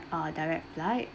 a direct flight